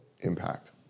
impact